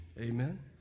Amen